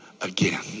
again